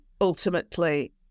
ultimately